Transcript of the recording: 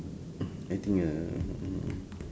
I think uh